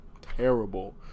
terrible